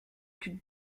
plus